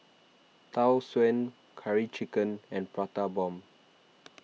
Tau Suan Curry Chicken and Prata Bomb